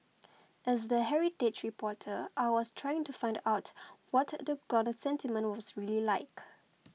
as the heritage reporter I was trying to find out what the ground sentiment was really like